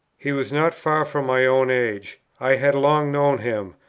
he was not far from my own age i had long known him,